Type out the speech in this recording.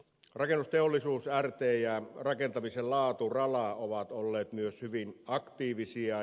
rakennusteollisuus rt ja rakentamisen laatu rala ovat olleet myös hyvin aktiivisia